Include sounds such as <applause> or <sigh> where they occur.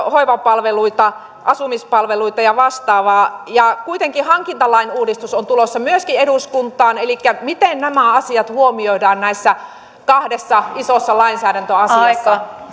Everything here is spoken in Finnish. <unintelligible> hoivapalveluita asumispalveluita ja vastaavaa kuitenkin hankintalain uudistus on tulossa myöskin eduskuntaan elikkä miten nämä asiat huomioidaan näissä kahdessa isossa lainsäädäntöasiassa